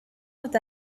that